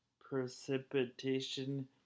precipitation